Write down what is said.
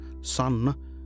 sun